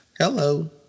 Hello